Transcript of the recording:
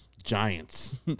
Giants